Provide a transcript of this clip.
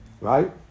Right